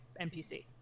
NPC